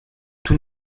tout